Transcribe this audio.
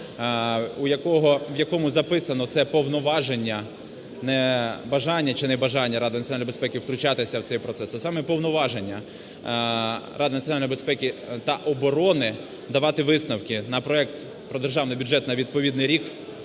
в якому записано це повноваження, бажання чи небажання Ради національної безпеки втручатися в цей процес, а саме повноваження Ради національної безпеки та оборони давати висновки на проект про державний бюджет на відповідний рік